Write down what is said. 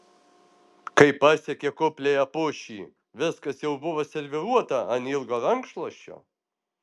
kai pasiekė kupliąją pušį viskas jau buvo serviruota ant ilgo rankšluosčio